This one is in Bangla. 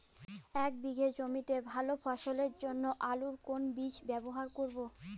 এক বিঘে জমিতে ভালো ফলনের জন্য আলুর কোন বীজ ব্যবহার করব?